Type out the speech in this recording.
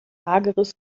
hageres